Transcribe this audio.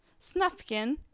Snufkin